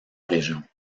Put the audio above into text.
région